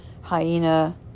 hyena